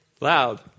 Loud